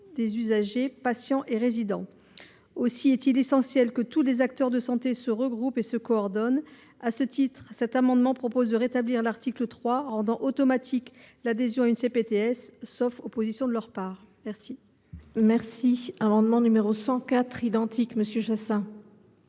des usagers, patients et résidents. Il est donc essentiel que tous les acteurs de santé se regroupent et se coordonnent. À ce titre, cet amendement vise à rétablir l’article 3 rendant automatique l’adhésion à une CPTS, sauf opposition de leur part. La